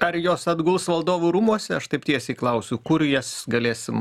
ar jos atguls valdovų rūmuose aš taip tiesiai klausiu kur jas galėsim